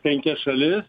penkias šalis